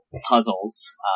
puzzles